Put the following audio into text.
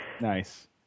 Nice